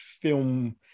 film